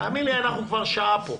תאמין לי, אנחנו כבר שעה פה.